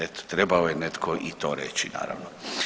Eto trebao je netko i to reći naravno.